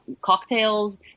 cocktails